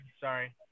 Sorry